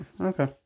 okay